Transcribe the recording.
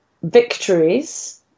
victories